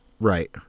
Right